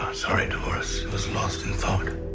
sorry, delores, i was lost in thought. we